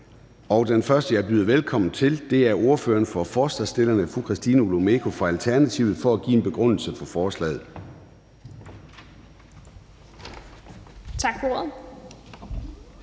Den første, jeg byder velkommen til, er ordføreren for forslagsstillerne, fru Christina Olumeko fra Alternativet, for at give en begrundelse for forslaget. Kl.